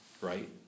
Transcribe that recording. right